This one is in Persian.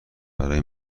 برای